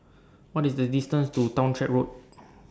What IS The distance to Townshend Road